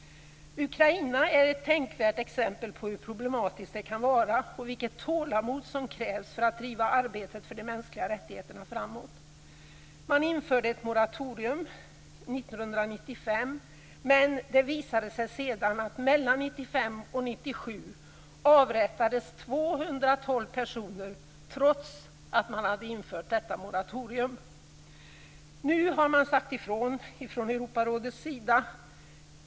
Ukraina är ett tänkvärt exempel på hur problematiskt det kan vara och vilket tålamod som krävs för att driva arbetet för de mänskliga rättigheterna framåt. Ukraina införde ett moratorium 1995, men det visade sig att mellan 1995 och 1997 avrättades 212 personer, trots detta moratorium. Nu har man sagt ifrån från Europarådets sida.